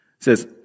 says